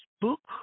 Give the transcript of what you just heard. book